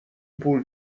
پول